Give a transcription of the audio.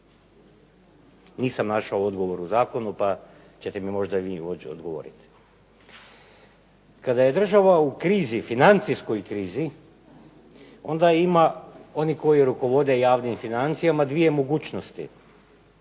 Nisam našao odgovor u zakonu, pa ćete mi možda vi moći odgovoriti. Kada je država u krizi, financijskoj krizi onda ima oni koji rukovode javnim financijama dvije mogućnosti: